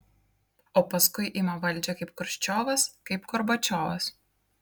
o paskui ima valdžią kaip chruščiovas kaip gorbačiovas